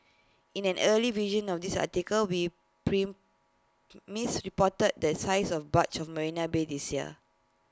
in an early version of this article we prim misreported the size of barge of marina bay this year